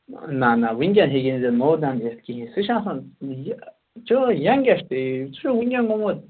نا نا وٕنکٮ۪نَس ہیکی نہٕ ژےٚ نوٚو دَند یِتھ کِہیٖنۍ سُہ چھُ آسان یہِ یَنگیسٹ ایج ژٕ چھُکھ وٕنکٮ۪ن گومُت